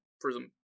Prism